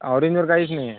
ऑरेंजवर काहीच नाही आहे